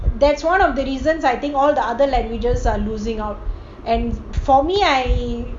that's one of the reasons I think all the other languages are losing out and for me I